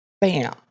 bam